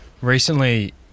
recently